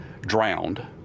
drowned